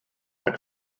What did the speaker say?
tak